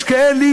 יש כאלה